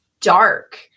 dark